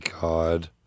god